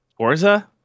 Orza